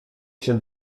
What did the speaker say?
się